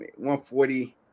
140